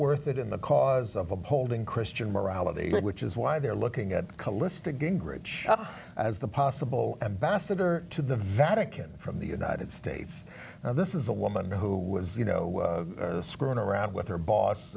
worth it in the cause of upholding christian morality which is why they're looking at calista gingrich as the possible ambassador to the vatican from the united states this is a woman who was you know screwing around with her boss